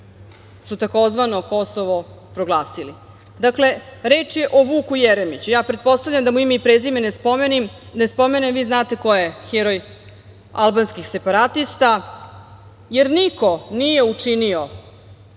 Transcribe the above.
su tzv. Kosovo proglasili. Dakle, reč je o Vuku Jeremiću. Ja pretpostavljam da mu ime i prezime ne spomenem, vi znate ko je heroj albanskih separatista, jer niko nije učinio